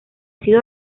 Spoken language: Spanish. sido